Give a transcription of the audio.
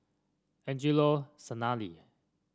Angelo Sanelli